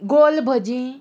गोल भजी